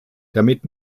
damit